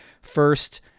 first